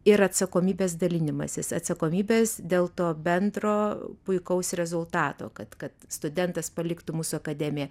ir atsakomybės dalinimasis atsakomybės dėl to bendro puikaus rezultato kad kad studentas paliktų mūsų akademiją